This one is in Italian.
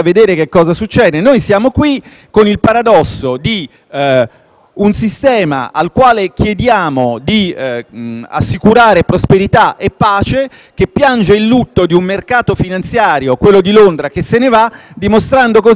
un sistema al quale chiediamo di assicurare prosperità e pace, che piange il lutto di un mercato finanziario, quello di Londra, che se ne va dimostrando così di non essere capace, non solo di creare politica, ma neanche di creare un mercato.